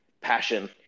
passion